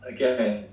Again